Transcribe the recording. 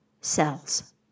cells